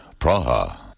Praha